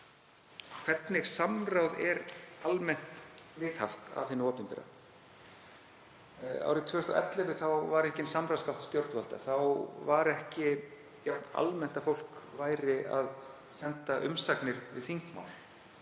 hvernig samráð er almennt viðhaft af hinu opinbera. Árið 2011 var engin samráðsgátt stjórnvalda. Þá var ekki jafn almennt að fólk væri að senda umsagnir um þingmál.